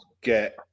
get